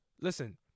Listen